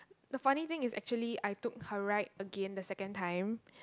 the funny thing is actually I took her ride again the second time